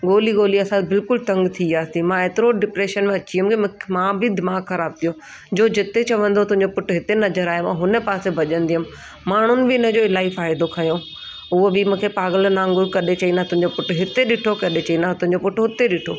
ॻोल्ही ॻोल्ही असां बिल्कुलु तंग थी वियासीं मां एतिरो डिप्रेशन में अची वियमि की मूं मां बि दिमाग़ ख़राबु थी वियो जो जिते चवंदो हुयो तुंहिंजो पुटु हिते नज़र आयो आहे हुन पासे भॼंदी हम माण्हुनि बि इन जो इलाही फ़ाइदो खंयो उहे बि मूंखे पागलनि वांगुरु कॾहिं चईंदा तुंहिंजो पुटु हिते ॾिठो कॾहिं चईंदा हुआ तुंहिंजो पुटु हुते ॾिठो